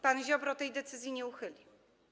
Pan Ziobro tej decyzji nie uchylił.